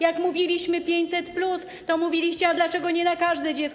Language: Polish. Jak mówiliśmy: 500+, to mówiliście: A dlaczego nie na każde dziecko?